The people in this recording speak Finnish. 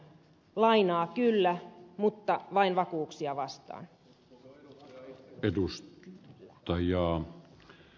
lainaa kyllä mutta vain vakuuksia vastaan